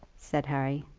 said harry.